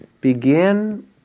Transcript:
begin